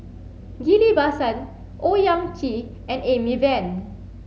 Ghillie Basan Owyang Chi and Amy Van